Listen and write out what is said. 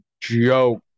joke